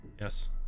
Yes